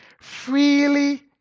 freely